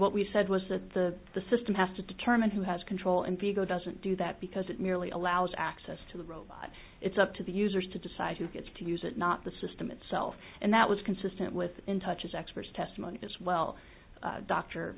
what we said was that the the system has to determine who has control and to go doesn't do that because it merely allows access to the robot it's up to the users to decide who gets to use it not the system itself and that was consistent with in touch as expert testimony as well